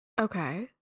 okay